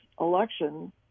election